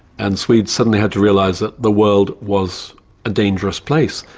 and swedes suddenly had to realise that the world was a dangerous place.